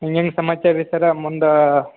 ಇನ್ನೇನು ಸಮಾಚಾರ ರೀ ಸರ್ರ ಮುಂದೆ